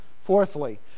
Fourthly